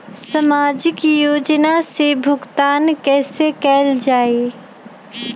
सामाजिक योजना से भुगतान कैसे कयल जाई?